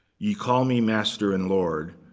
ye call me master and lord,